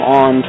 on